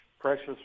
precious